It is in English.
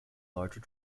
larger